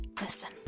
listen